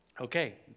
Okay